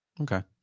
Okay